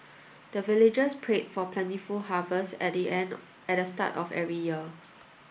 the villagers pray for plentiful harvest at the end at the start of every year